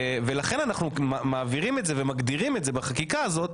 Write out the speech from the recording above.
ולכן אנחנו מעבירים את זה ומגדירים את זה בחקיקה הזאת,